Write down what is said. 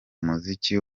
muziki